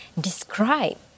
describe